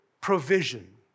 provision